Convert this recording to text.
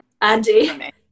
andy